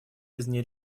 извне